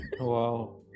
Wow